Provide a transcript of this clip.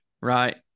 Right